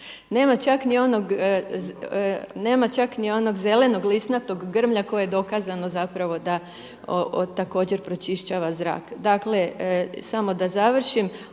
nema čak ni onog zelenog lisnatog grmlja koje je dokazano zapravo da također pročišćava zrak. Dakle, samo da završim.